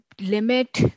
limit